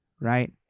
right